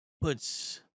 puts